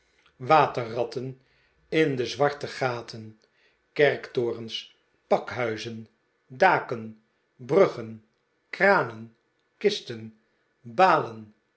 pleiten in de zwarte gaten kerktorens pakhuizen daken bruggen kranen kisten balen